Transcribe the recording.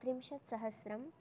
त्रिंशत् सहस्रं